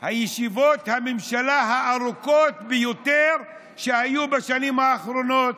ישיבות הממשלה הארוכות ביותר שהיו בשנים האחרונות.